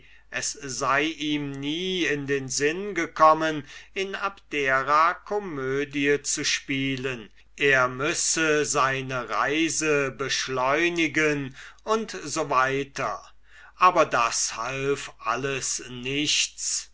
es sei ihm nie in den sinn gekommen in abdera komödie zu spielen er müsse seine reise beschleunigen u s w aber das half alles nichts